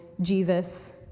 Jesus